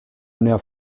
una